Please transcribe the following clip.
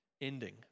ending